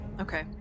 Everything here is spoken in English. Okay